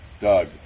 Doug